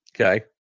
Okay